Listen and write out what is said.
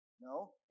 no